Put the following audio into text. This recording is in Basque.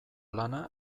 lana